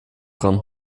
dran